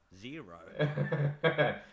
zero